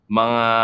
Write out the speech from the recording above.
mga